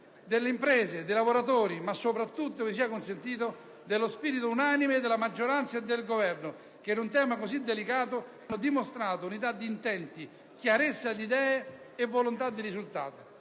delle imprese, dei lavoratori, ma soprattutto, mi sia consentito, dello spirito unanime della maggioranza e del Governo, che su un tema così delicato hanno dimostrato unità di intenti, chiarezza di idee e volontà di risultato.